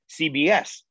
CBS